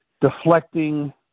deflecting